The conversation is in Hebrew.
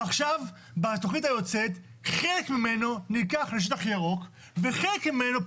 ועכשיו בתוכנית היוצאת חלק ממנו נלקח לשטח ירוק וחלק ממנו,